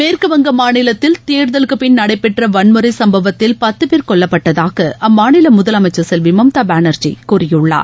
மேற்கு வங்க மாநிலத்தில் தேர்தலுப்பின் நடைபெற்ற வன்முறை சம்பவத்தில் பத்து பேர் கொல்லப்பட்டதாக அம்மாநில முதலமைச்சர் செல்வி மம்தா பானர்ஜி கூறியுள்ளார்